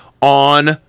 on